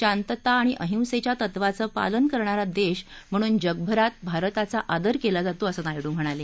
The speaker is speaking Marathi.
शांतता आणि अहिंसेच्या तत्त्वाचं पालन करणारा देश म्हणून जगभरात भारताचा आदर केला जातो असं नायडू म्हणाले